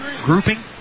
grouping